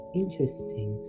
interesting